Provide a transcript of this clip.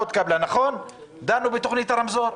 ויתרנו על בתי כנסת,